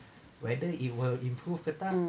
mm